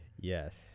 Yes